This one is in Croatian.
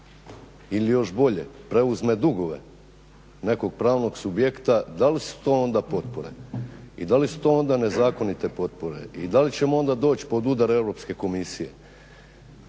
ili još bolje preuzme dugove nekog pravnog subjekta? Da li su to onda potpore? I da li su to onda nezakonite potpore? I da li ćemo onda doći pod udar Europske komisije?